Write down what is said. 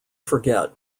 forget